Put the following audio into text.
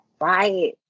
Right